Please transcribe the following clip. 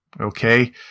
okay